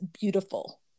beautiful